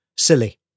silly